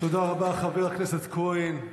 תודה רבה, חבר הכנסת כהן.